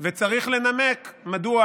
וצריך לנמק מדוע